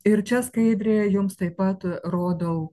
ir čia skaidrėje jums taip pat rodau